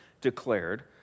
declared